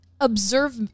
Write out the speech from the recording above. observe